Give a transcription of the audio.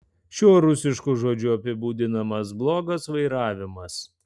šiuo rusišku žodžiu apibūdinamas blogas vairavimas